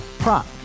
Prop